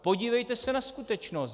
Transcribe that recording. Podívejte se na skutečnost.